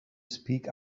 speak